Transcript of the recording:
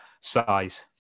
size